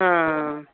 ਹਾਂ